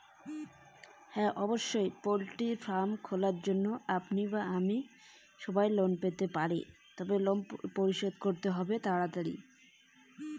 Poultry farm খোলার জন্য কি আমি লোন পেতে পারি?